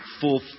full